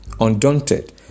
Undaunted